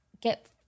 get